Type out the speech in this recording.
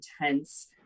intense